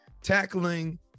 tackling